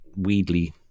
weedly